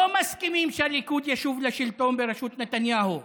לא מסכימים שהליכוד ישוב לשלטון בראשות נתניהו.